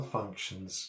functions